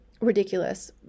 ridiculous